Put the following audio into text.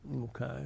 okay